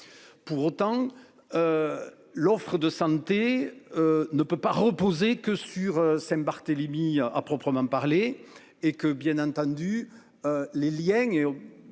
Pour autant. L'offre de santé. Ne peut pas reposer que sur Saint-Barthélemy. À proprement parler et que bien entendu. Les Liens.